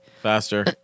faster